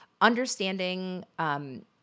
understanding